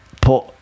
put